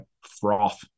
froth